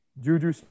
Juju